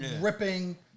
ripping